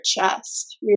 chest